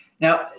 Now